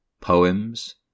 poems